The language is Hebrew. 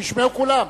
שישמעו כולם.